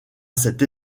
cette